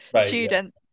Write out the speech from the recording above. student